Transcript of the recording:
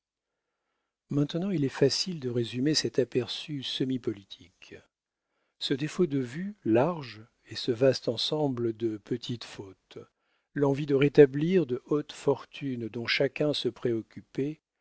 maintenant il est facile de résumer cet aperçu semi politique ce défaut de vues larges et ce vaste ensemble de petites fautes l'envie de rétablir de hautes fortunes dont chacun se préoccupait